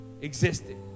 Existed